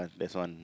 that's one